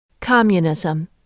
Communism